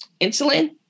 insulin